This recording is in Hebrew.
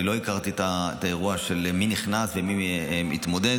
אני לא הכרתי את האירוע של מי נכנס ומי מתמודד.